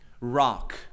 rock